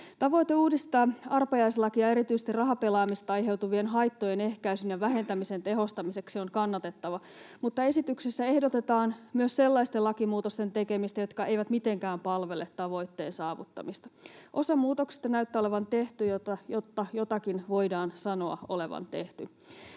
Tavoite uudistaa arpajaislakia erityisesti rahapelaamisesta aiheutuvien haittojen ehkäisyn ja vähentämisen tehostamiseksi on kannatettava, mutta esityksessä ehdotetaan myös sellaisten lakimuutosten tekemistä, jotka eivät mitenkään palvele tavoitteen saavuttamista. Osa muutoksista näyttää olevan tehty, jotta jotakin voidaan sanoa olevan tehty.